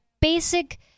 basic